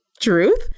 truth